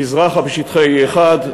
מזרחה בשטחי 1E,